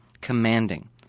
Commanding